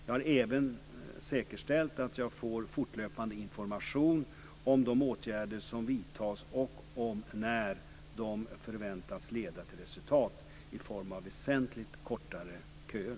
Jag har även säkerställt att jag får fortlöpande information om de åtgärder som vidtas och om när de förväntas leda till resultat i form av väsentligt kortare köer.